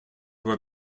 were